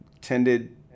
tended